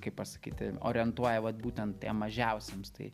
kaip pasakyti orientuoja vat būtent tiem mažiausiems tai